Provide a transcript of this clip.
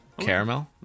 Caramel